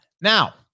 Now